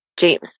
James